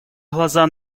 глаза